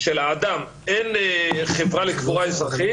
של האדם חברה לקבורה אזרחית,